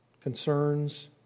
concerns